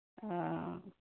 ओ